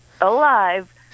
alive